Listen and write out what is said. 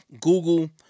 Google